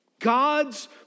God's